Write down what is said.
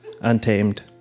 untamed